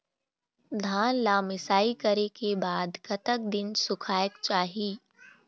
धान ला मिसाई करे के बाद कतक दिन सुखायेक चाही?